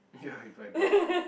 ya you buy a dog